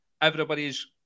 everybody's